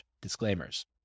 disclaimers